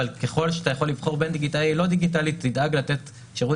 אבל ככל שאתה יכול לבחור בין דיגיטלי ללא דיגיטלי תדאג לתת שירות